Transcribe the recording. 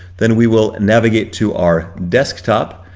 then we will navigate to our desktop.